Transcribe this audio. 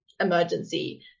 emergency